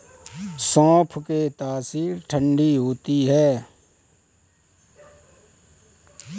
सौंफ की तासीर ठंडी होती है